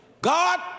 God